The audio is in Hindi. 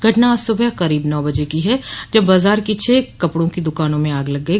घटना आज सुबह करीब नौ बजे की है जब बाजार की छह कपड़ों की दुकानों में आग लग गई